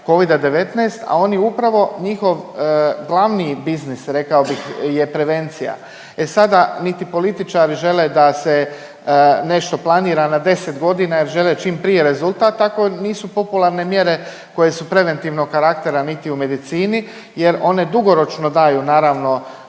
covida-19, a oni upravo njihov glavni biznis rekao bih je prevencija. E sada, niti političari žele da se nešto planira na 10.g. jer žele čim prije rezultat, tako nisu popularne mjere koje su preventivnog karaktera niti u medicini jer one dugoročno daju naravno